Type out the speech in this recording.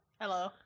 Hello